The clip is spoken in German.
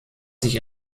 sich